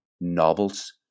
novels